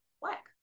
black